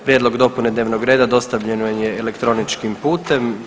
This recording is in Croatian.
Prijedlog dopune dnevnog reda dostavljen vam je elektroničkim putem.